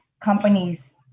companies